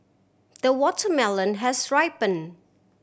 the watermelon has ripen